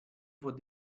von